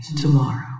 tomorrow